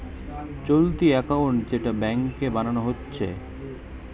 চলতি একাউন্ট যেটা ব্যাংকে বানানা হচ্ছে